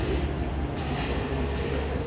এই সামান্য ছোটোখাটো বিস্কুট আছে